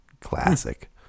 classic